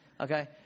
Okay